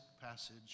passage